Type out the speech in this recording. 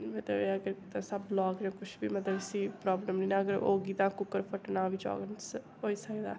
मतलब एह् कि तुस कुछ बी प्राब्लम नी ना होगी तां कुक्कर फट्टना बी चांस होई सकदा